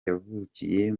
yavukiye